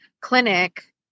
clinic